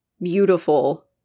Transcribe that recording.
beautiful